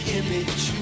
image